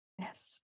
Yes